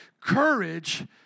Courage